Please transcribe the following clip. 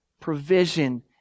provision